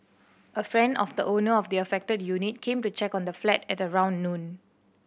a friend of the owner of the affected unit came to check on the flat at around noon